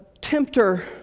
tempter